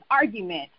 argument